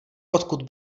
odkud